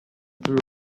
threw